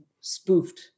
spoofed